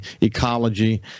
ecology